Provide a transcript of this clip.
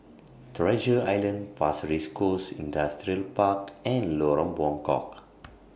Treasure Island Pasir Ris Coast Industrial Park and Lorong Buangkok